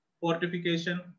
fortification